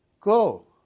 Go